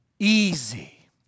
Easy